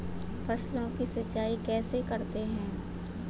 फसलों की सिंचाई कैसे करते हैं?